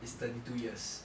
is thirty two years